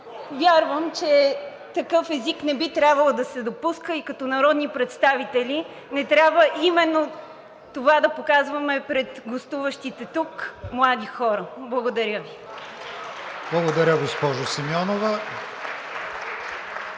Вярвам, че такъв език не би трябвало да се допуска и като народни представители не трябва именно това да показваме пред гостуващите тук млади хора. Благодаря Ви. (Ръкопляскания